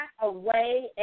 away